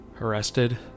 arrested